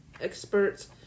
experts